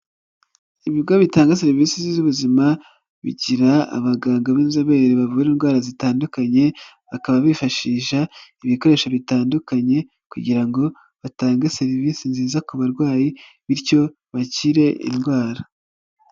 Ibigo bitanga serivisi z'ubuzima bigira abaganga b'inzobere bavura indwara zitandukanye bakaba bifashisha ibikoresho bitandukanye kugira ngo batange serivisi nziza ku barwayi bityo bakire indwara.